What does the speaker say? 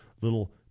little